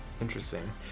Interesting